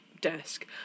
desk